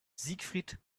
siegfried